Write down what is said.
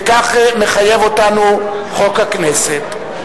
וכך מחייב אותנו חוק הכנסת.